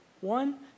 One